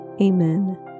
Amen